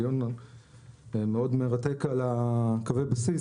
הדיון מאוד מרתק על קווי הבסיס,